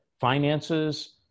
finances